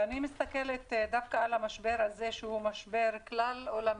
אני מסתכלת דווקא על המשבר הזה שהוא משבר כלל עולמי,